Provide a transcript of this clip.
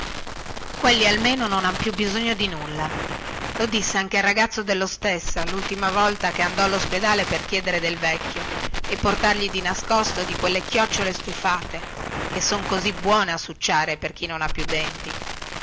quelli almeno non hanno più bisogno di nulla lo disse anche il ragazzo dellostessa lultima volta che andò allospedale per chieder del vecchio e portargli di nascosto di quelle chiocciole stufate che son così buone a succiare per chi non ha più denti